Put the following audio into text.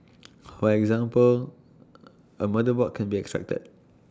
for example A motherboard can be extracted